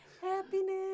Happiness